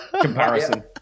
Comparison